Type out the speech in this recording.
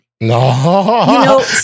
No